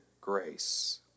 grace